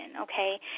okay